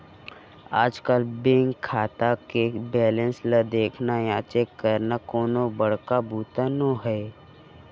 आजकल बेंक खाता के बेलेंस ल देखना या चेक करना कोनो बड़का बूता नो हैय